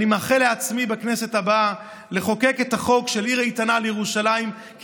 אני מאחל לעצמי לחוקק חוק של עיר איתנה לירושלים בכנסת הבאה,